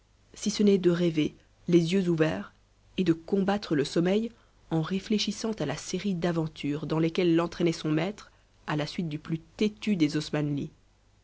si ce n'est de rêver les yeux ouverts et de combattre le sommeil en réfléchissant à la série d'aventures dans lesquelles l'entraînait son maître à la suite du plus têtu des osmanlis